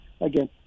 Again